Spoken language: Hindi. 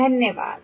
धन्यवाद